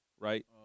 right